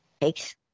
Takes